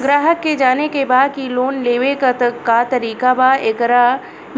ग्राहक के जाने के बा की की लोन लेवे क का तरीका बा एकरा